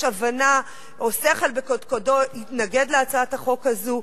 הבנה או שכל בקודקודו יתנגד להצעת החוק הזאת,